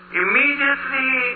immediately